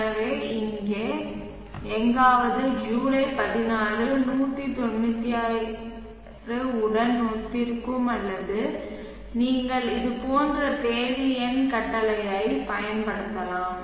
எனவே இங்கே எங்காவது ஜூலை 16 196 உடன் ஒத்திருக்கும் அல்லது நீங்கள் இது போன்ற தேதி எண் கட்டளையைப் பயன்படுத்தலாம்